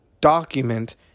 document